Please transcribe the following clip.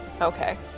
Okay